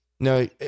No